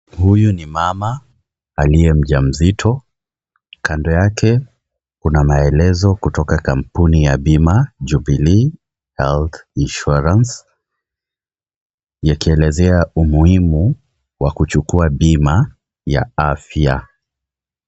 Huyo ni mama aliye mjamzito, Kando yake, kuna maelezo kutoka kampuni ya Bima Jubilee Health Insurance, ikielezea umuhimu wa kuchukua bima ya afya.